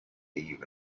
evening